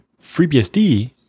FreeBSD